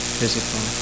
physical